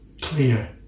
clear